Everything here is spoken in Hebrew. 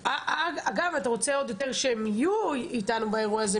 אגב, אתה רוצה שהם יהיו איתנו באירוע הזה.